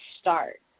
start